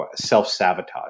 self-sabotage